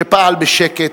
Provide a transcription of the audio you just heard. שפעל בשקט,